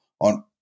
on